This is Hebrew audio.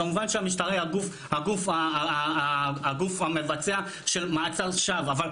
כמובן שהמשטרה היא הגוף המבצע של מעצר שווא,